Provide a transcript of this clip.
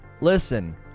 Listen